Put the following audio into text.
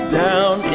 down